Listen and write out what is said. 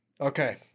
Okay